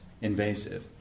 invasive